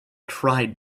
tried